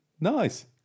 Nice